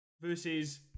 Versus